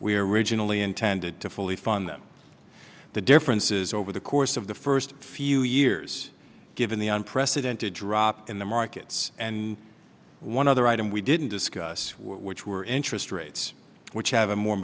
we originally intended to fully fund them the differences over the course of the first few years given the unprecedented drop in the markets and one other item we didn't discuss which were interest rates which have a more